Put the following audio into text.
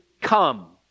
come